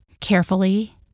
Carefully